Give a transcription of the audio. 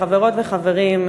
חברות וחברים,